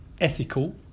ethical